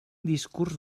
discurs